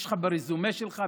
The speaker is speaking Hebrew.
יש לך ברזומה שלך,